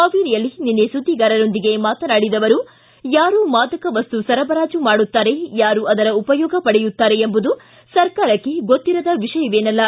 ಹಾವೇರಿಯಲ್ಲಿ ನಿನ್ನೆ ಸುದ್ದಿಗಾರರೊಂದಿಗೆ ಮಾತನಾಡಿದ ಅವರು ಯಾರು ಮಾದಕ ಮಸ್ತು ಸರಬರಾಜು ಮಾಡುತ್ತಾರೆ ಯಾರು ಅದರ ಉಪಯೋಗ ಪಡೆಯುತ್ತಾರೆ ಎಂಬುದು ಸರ್ಕಾರಕ್ಕೆ ಗೊತ್ತಿರದ ವಿಷಯವೇನಲ್ಲ